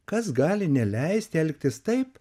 kas gali neleisti elgtis taip